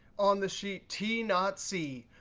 on the sheet t not c,